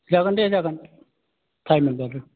जागोन दे जागोन टाइम मोनबाथाय